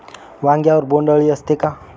वांग्यावर बोंडअळी असते का?